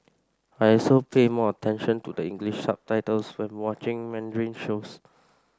I also pay more attention to the English subtitles when watching Mandarin shows